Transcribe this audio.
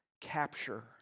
capture